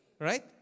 Right